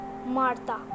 Martha